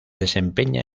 desempeña